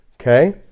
okay